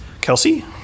Kelsey